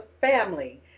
family